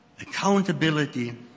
Accountability